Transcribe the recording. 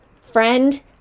friend